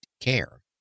care